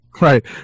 Right